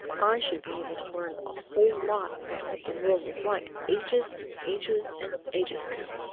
i should be able to learn a whole lot about what the world was like ages and ages and ages ago.